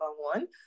one